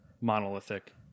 Monolithic